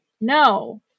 no